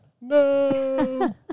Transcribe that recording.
No